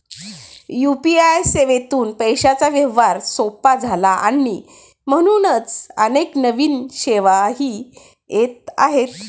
UPI सेवेतून पैशांचा व्यवहार सोपा झाला आणि म्हणूनच अनेक नवीन सेवाही येत आहेत